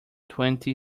twenty